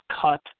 cut